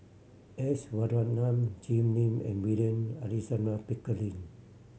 S Varathan Jim Lim and William Alexander Pickering